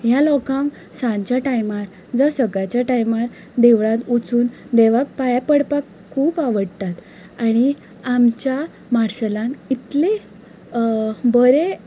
ह्या लोकांक सांजच्या टायमार जावं सकाळच्या टायमार देवळांत वचूंन देवाक पांया पडपाक खूब आवडटा आनी आमच्या मार्सेलांत इतली बरें